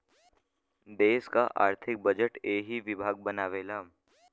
देस क आर्थिक बजट एही विभाग बनावेला